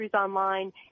online